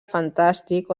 fantàstic